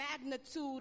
magnitude